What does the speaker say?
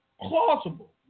plausible